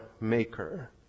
Maker